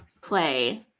play